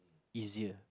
easier